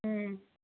ம்